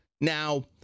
Now